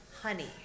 honey